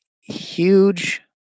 huge